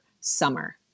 summer